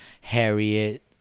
Harriet